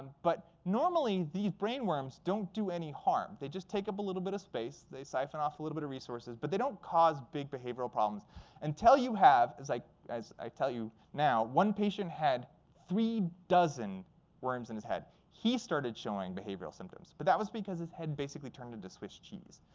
but normally, these brain worms don't do any harm. they just take up a little bit of space. they siphon off a little bit of resources. but they don't cause big behavioral problems and until you have, as i as i tell you now one patient had three dozen worms in his head. he started showing behavioral symptoms, but that was because his head basically turned into swiss cheese.